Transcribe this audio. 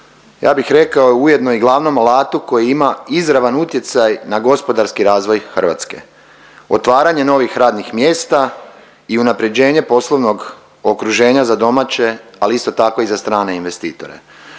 Ja bih rekao ujedno i glavnom alatu koji ima izravan utjecaj na gospodarski razvoj Hrvatske. Otvaranje novih radnih mjesta i unapređenje poslovnog okruženja za domaće, ali isto tako i za strane investitore.